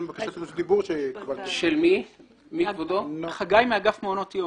אגף מעונות יום,